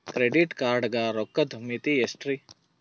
Credit card ಗ ರೋಕ್ಕದ್ ಮಿತಿ ಎಷ್ಟ್ರಿ?